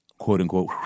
quote-unquote